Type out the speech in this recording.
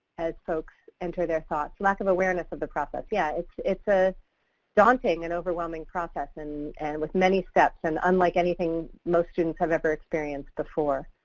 as folks enter their thoughts. lack of awareness of the process. yeah, it's it's a daunting and overwhelming process and and with many steps and unlike anything most students have ever experienced before.